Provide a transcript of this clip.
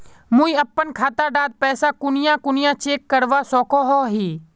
मुई अपना खाता डात पैसा कुनियाँ कुनियाँ चेक करवा सकोहो ही?